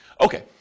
Okay